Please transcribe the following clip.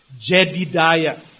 Jedidiah